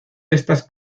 estas